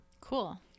Cool